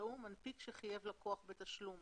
יקראו "מנפיק שחייב לקוח בתשלום